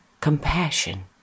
compassion